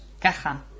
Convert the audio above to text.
Caja